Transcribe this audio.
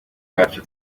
bacu